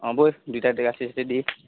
অঁ বৈ দুইটাই গাঁঠি চাঠি দি